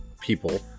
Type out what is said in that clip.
people